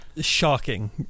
Shocking